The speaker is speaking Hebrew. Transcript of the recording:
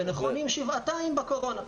ונכונים שבעתיים בקורונה.